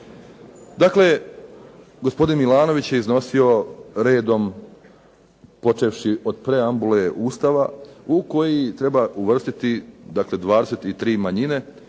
Dakle, gospodin Milanović je iznosio redom, počevši od preambule Ustava u koji treba uvrstiti dakle 23 manjine,